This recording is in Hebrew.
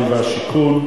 שמענו אותך,